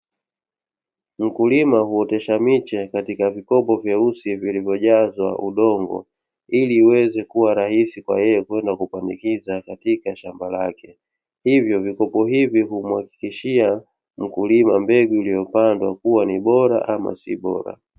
Mkulima huotesha miche katika vikopo vyeusi vilivyojazwa udongo ili iweze kuwa rahisi kwa yeye kupandikiza katika shamba lake, hivyo vifuko hivi humwakikishia mkulima mbegu iliyopandwa kuwa ni bora au sio bora.